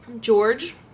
George